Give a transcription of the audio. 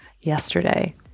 yesterday